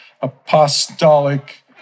apostolic